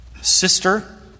Sister